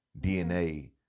DNA